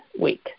week